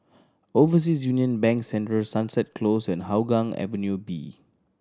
Overseas Union Bank Central Sunset Close and Hougang Avenue B